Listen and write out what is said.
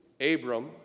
Abram